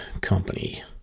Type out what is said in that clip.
Company